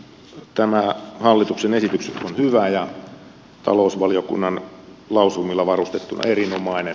tämä hallituksen esitys on hyvä ja talousvaliokunnan lausumilla varustettuna erinomainen